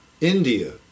India